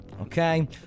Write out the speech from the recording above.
Okay